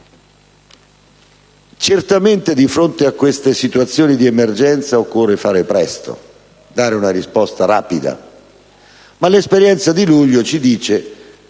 Certamente, di fronte a queste situazioni di emergenza, occorre far presto e dare una risposta rapida, ma l'esperienza di luglio ci dice